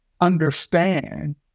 understand